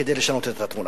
כדי לשנות את התמונה.